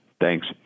thanks